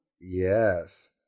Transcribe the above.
yes